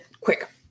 quick